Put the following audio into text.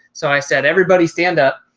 so i said, everybody stand up.